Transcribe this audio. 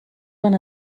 van